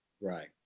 Right